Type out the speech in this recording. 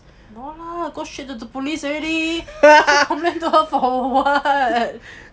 no lah go straight to the police already still complain to her for [what]